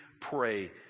pray